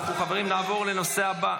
אנחנו נעבור לנושא הבא.